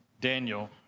Daniel